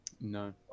No